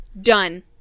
Done